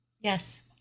Yes